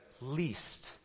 least